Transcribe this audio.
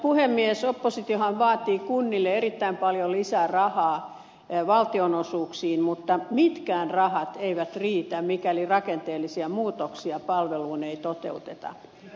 oppositiohan vaatii kunnille erittäin paljon lisää rahaa valtionosuuksiin mutta mitkään rahat eivät riitä mikäli rakenteellisia muutoksia palveluun ei toteuteta